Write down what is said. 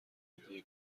هدیه